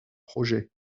projet